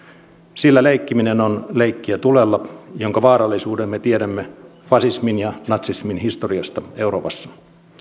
sillä leikkiminen on leikkiä tulella jonka vaarallisuuden me tiedämme fasismin ja natsismin historiasta euroopassa